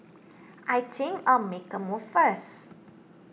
I think I'll make a move first